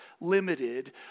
limited